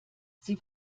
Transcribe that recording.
sie